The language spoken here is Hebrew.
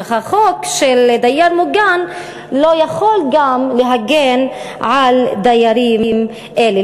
והחוק של דייר מוגן לא יכול גם להגן על דיירים אלה.